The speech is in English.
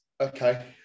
Okay